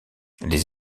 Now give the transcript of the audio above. les